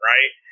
Right